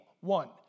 One